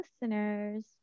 listeners